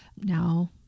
Now